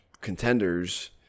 contenders